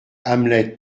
hamlet